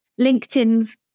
linkedin's